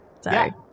Sorry